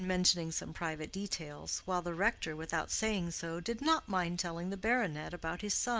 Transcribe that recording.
in mentioning some private details while the rector, without saying so, did not mind telling the baronet about his sons,